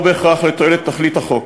לא בהכרח לתועלת תכלית החוק.